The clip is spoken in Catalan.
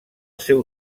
seu